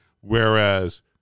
whereas